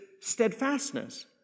steadfastness